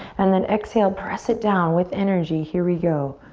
and then exhale, press it down with energy, here we go.